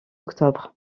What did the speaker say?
octobre